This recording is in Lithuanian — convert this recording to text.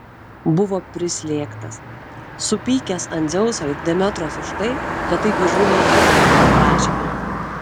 buvo prislėgtas supykęs ant dzeuso ir demetros už tai kad taip įžūliai atmetė jo prašymą